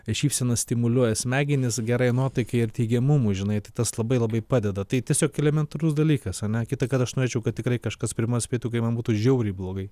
šypsena stimuliuoja smegenis gerai nuotaikai ir teigiamumui žinai tai tas labai labai padeda tai tiesiog elementarus dalykas a ne kitą kartą aš norėčiau kad tikrai kažkas prie manęs prieitų kai man būtų žiauriai blogai